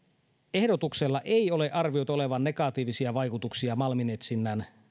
ehdotuksella ei ole arvioitu olevan negatiivisia vaikutuksia malminetsinnän